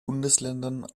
bundesländern